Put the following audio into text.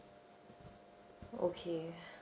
okay